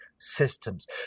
systems